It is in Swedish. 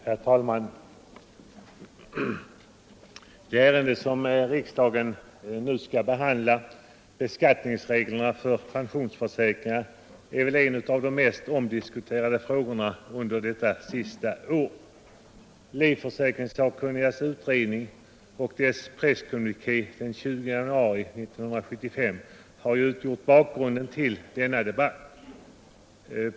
Herr talman! Det ärende som riksdagen nu skall behandla, beskattningsreglerna för pensionsförsäkringar, är väl en av de mest omdiskuterade frågorna under det senaste året. Livförsäkringssakkunnigas utredning och dess presskommuniké den 20 januari i år har utgjort bakgrunden till denna debatt.